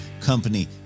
company